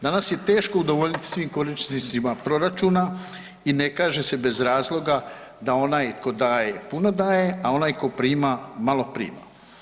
Danas je teško udovoljiti svim korisnicima proračuna i ne kaže se bez razloga da onaj tko daje puno daje, a onaj tko prima malo prima.